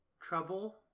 Trouble